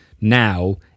now